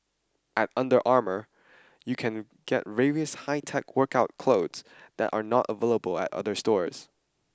at Under Armour you can get various high tech workout clothes that are not available at other stores